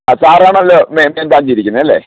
അ sir ആണല്ലോ main ബ്രാഞ്ചിൽ ഇരിക്കുന്നത് അല്ലേ